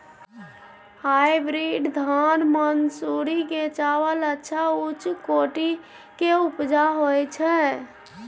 Hybrid धान मानसुरी के चावल अच्छा उच्च कोटि के उपजा होय छै?